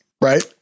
Right